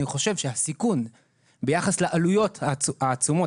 אני חושב שהסיכון ביחס לעלויות העצומות,